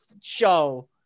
show